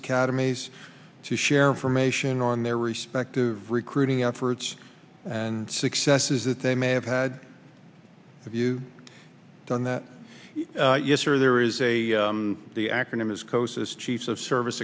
academies to share information on their respective recruiting efforts and successes that they may have had have you done that yes or there is a the acronym is kostas chiefs of service